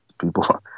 People